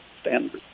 standards